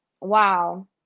Wow